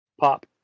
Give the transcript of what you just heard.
pop